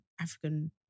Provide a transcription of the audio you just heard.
African